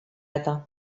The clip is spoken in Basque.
eta